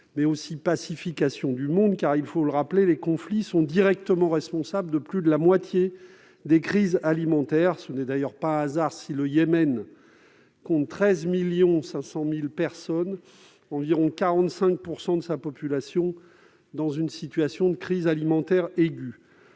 mais aussi pacification du monde. Car, il faut le rappeler, les conflits sont directement responsables de plus de la moitié des crises alimentaires. Ce n'est d'ailleurs pas un hasard si, au Yémen, près de 13,5 millions de personnes, soit environ 45 % de la population, sont dans une situation de crise alimentaire aiguë.